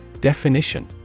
Definition